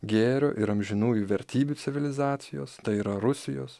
gėrio ir amžinųjų vertybių civilizacijos tai yra rusijos